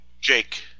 Jake